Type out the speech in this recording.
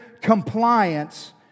compliance